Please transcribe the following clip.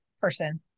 person